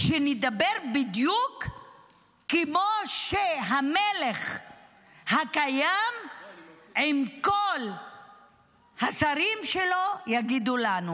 שנדבר בדיוק כמו שהמלך הקיים עם כל השרים שלו יגידו לנו.